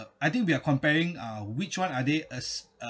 I think we are comparing uh which one are they as